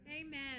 Amen